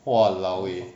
!walao! eh